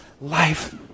life